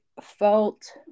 felt